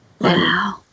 Wow